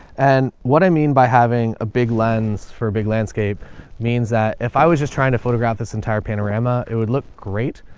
and what i mean by having a big lens for big landscape means that if i was just trying to photograph this entire panorama, it would look great,